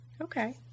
Okay